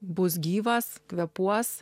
bus gyvas kvėpuos